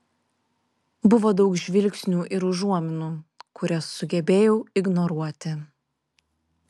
buvo daug žvilgsnių ir užuominų kurias sugebėjau ignoruoti